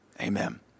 Amen